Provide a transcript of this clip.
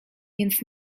więc